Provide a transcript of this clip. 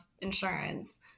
insurance